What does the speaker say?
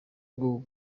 rwo